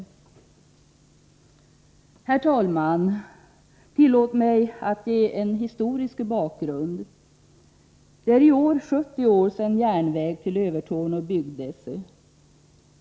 Herr talman! Tillåt mig att återge den historiska bakgrunden. Det är i år 70 år sedan järnväg till Övertorneå byggdes.